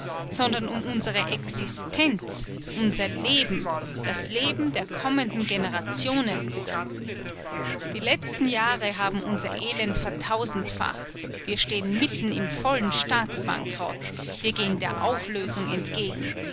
sondern um unsere existenz unser leben das leben der kommenden generationen die letzten jahre haben unser elend vertausendfacht wir stehen mitten im vollen staatsbankrott wir gehen der auflösung entgegen